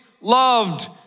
loved